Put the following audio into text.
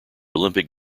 olympic